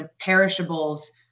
perishables